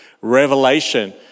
revelation